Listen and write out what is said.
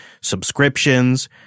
subscriptions